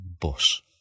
bus